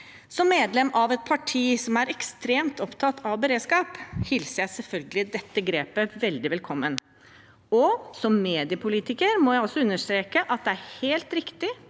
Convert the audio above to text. Som medlem av et parti som er ekstremt opptatt av beredskap, hilser jeg selvfølgelig dette grepet veldig velkommen. Og som mediepolitiker må jeg også understreke at det er helt riktig